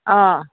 অঁ